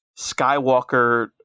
Skywalker